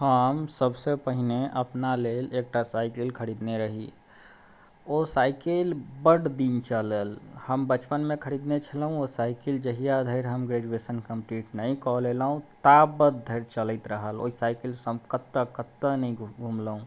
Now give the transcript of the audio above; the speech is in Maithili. हम सभसँ पहिने अपना लेल एकटा साइकिल खरीदने रहि ओ साइकिल बड दिन चलल हम बचपन मे खरीदने छलहुॅं ओ साइकिल जहिया धरि हम ग्रेजुएशन कम्प्लीट नहि कऽ लेलहुॅं ताबत धरि चलैत रहल ओहि साइकिल सँ हम कतऽ कतऽ नहि घुमलहुॅं